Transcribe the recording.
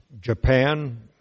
Japan